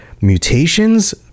mutations